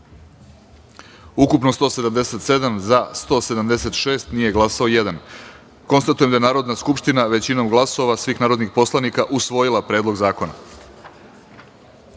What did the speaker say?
ukupno – 177, za – 176, nije glasao jedan. Konstatujem da je Narodna skupština većinom glasova svih narodnih poslanika usvojila Predlog